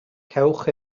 cewch